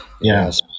yes